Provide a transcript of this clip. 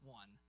one